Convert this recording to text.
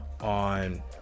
on